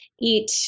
eat